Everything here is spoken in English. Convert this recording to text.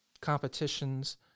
competitions